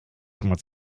muss